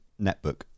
netbook